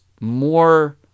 more